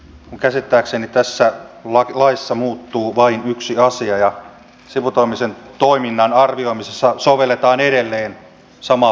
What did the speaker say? minun käsittääkseni tässä laissa muuttuu vain yksi asia ja sivutoimisen toiminnan arvioimisessa sovelletaan edelleen samaa pykälää kuin nyt